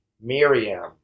Miriam